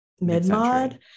mid-mod